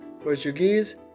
Portuguese